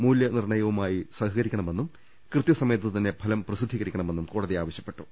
മൂല്യനിർണയവു മായി സഹകരിക്കണമെന്നും കൃത്യസമയത്തുതന്നെ ഫലം പ്രസിദ്ധീകരി ക്കണമെന്നും കോടതി ആവശ്യപ്പെട്ടു